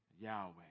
Yahweh